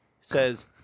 says